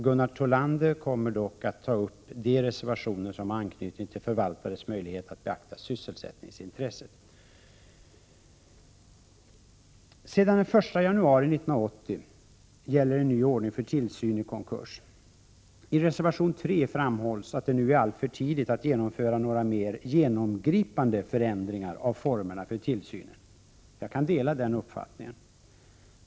Gunnar Thollander kommer dock att ta upp de reservationer som har anknytning till förvaltarens möjlighet att beakta sysselsättningsintresset. Sedan den 1 januari 1980 gäller en ny ordning för tillsyn i konkurs. I reservation 3 framhålls att det nu är alltför tidigt att genomföra några mera genomgripande förändringar i formerna för tillsynen. Jag delar den uppfattningen.